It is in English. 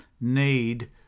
need